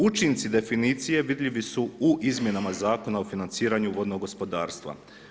Učinci definicije vidljivi su u Izmjenama zakona o financiranju vodnog gospodarstva.